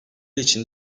için